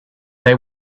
they